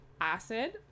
acid